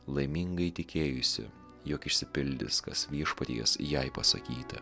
laiminga įtikėjusi jog išsipildys kas viešpaties jai pasakyta